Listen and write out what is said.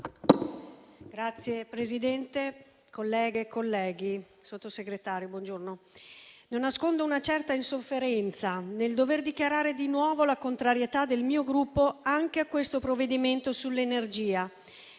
Signora Presidente, colleghe e colleghi, signor Sottosegretario, non nascondo una certa insofferenza nel dover dichiarare di nuovo la contrarietà del mio Gruppo anche a questo provvedimento sull'energia